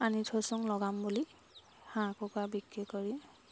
আনি থৈছোঁং লগাম বুলি হাঁহ কুকৰা বিক্ৰী কৰি